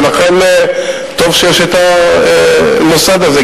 ולכן טוב שיש המוסד הזה,